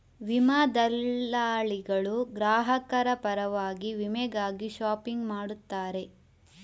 ವಿಮಾ ದಲ್ಲಾಳಿಗಳು ಗ್ರಾಹಕರ ಪರವಾಗಿ ವಿಮೆಗಾಗಿ ಶಾಪಿಂಗ್ ಮಾಡುತ್ತಾರೆ